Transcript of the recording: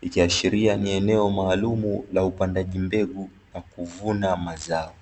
ikiashiria ni eneo maalumu la upandaji mbegu na kuvuna mazao.